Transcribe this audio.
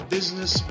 Business